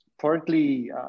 partly